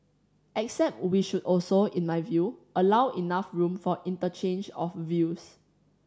except we should also in my view allow enough room for interchange of views